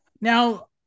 Now